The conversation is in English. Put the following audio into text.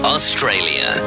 Australia